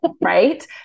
right